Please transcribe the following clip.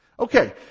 Okay